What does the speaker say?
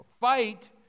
fight